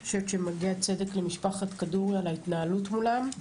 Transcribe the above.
אני חושבת שמגיע צדק למשפחת כדורי על ההתנהלות מולם,